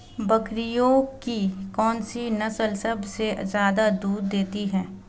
बकरियों की कौन सी नस्ल सबसे ज्यादा दूध देती है?